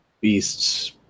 beasts